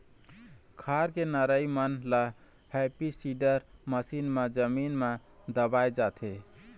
खार के नरई मन ल हैपी सीडर मसीन म जमीन म दबाए जाथे